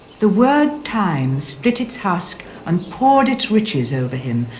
the word time split its husk and poured its riches over him.